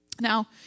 Now